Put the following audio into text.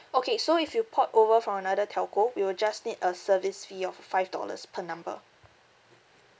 okay so if you port over from another telco we will just need a service fee of uh five dollars per number